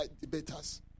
debaters